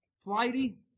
flighty